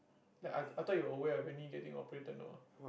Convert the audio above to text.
like I thought you were aware of your knee getting operated no ah